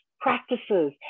practices